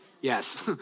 yes